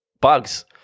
bugs